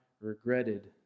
regretted